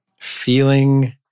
feeling